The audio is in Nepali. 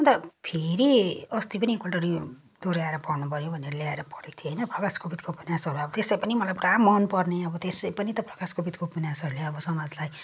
अन्त फेरि अस्ति पनि एकपल्ट रि दोहऱ्याएर पढ्नु पऱ्यो भनेर ल्याएर पढेको थिए हैन प्रकाश कोविदको उपन्यासहरू त्यसै पनि मलाई पुरा मन पर्ने अब त्यसै पनि अब त प्रकाश कोविदका उपन्यासहरूले समाजलाई